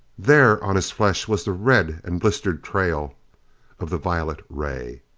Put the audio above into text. there on his flesh was the red and blistered trail of the violet ray.